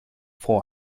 for